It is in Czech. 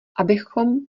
abychom